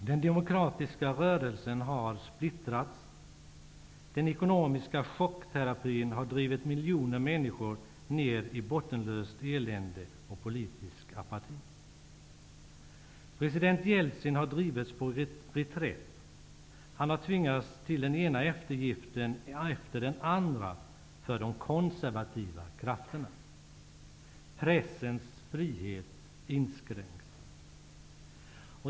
Den demokratiska rörelsen har splittrats. Den ekonomiska chockterapin har drivit miljoner människor ner i bottenlöst elände och politisk apati. President Jeltsin har drivits på reträtt. Han har tvingats till den ena eftergiften efter den andra för de konservativa krafterna. Pressens frihet inskränks.